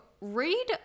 read